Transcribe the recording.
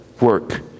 work